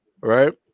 Right